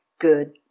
good